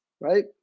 right